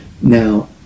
Now